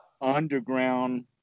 Underground